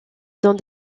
dans